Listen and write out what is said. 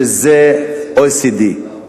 שזה ה-OECD.